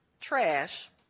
trash